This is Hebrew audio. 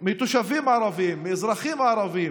מתושבים ערביים, מאזרחים ערבים,